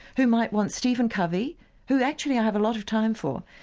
who might want steven covey who actually i have a lot of time for,